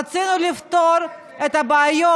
רצינו לפתור את הבעיות,